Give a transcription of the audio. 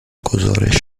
گزارش